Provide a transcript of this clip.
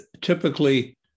typically